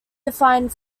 defined